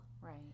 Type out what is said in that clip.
Right